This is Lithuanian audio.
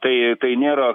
tai tai nėra